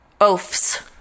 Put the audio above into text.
oafs